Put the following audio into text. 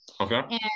Okay